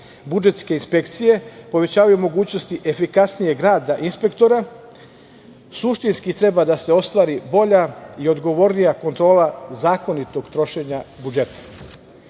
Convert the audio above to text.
budžetske inspekcije, povećavaju mogućnosti efikasnijeg rada inspektora, suštinski treba da se ostvari bolja i odgovornija kontrola zakonitog trošenja